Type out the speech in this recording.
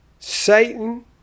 Satan